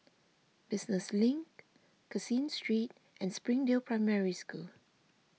Business Link Caseen Street and Springdale Primary School